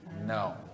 No